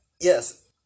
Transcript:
Yes